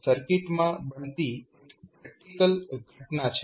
આ પણ સર્કિટમાં બનતી એક પ્રેક્ટીકલ ઘટના છે